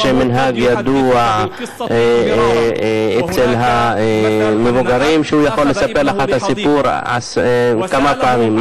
יש מנהג ידוע אצל המבוגרים שהם יכולים לספר לך את הסיפור כמה פעמים,